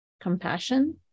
compassion